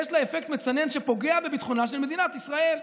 יש לזה אפקט מצנן שפוגע בביטחונה של מדינת ישראל.